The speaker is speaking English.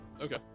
Okay